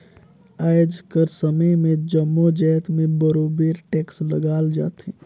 आएज कर समे में जम्मो जाएत में बरोबेर टेक्स लगाल जाथे